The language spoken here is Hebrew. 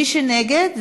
מי שנגד,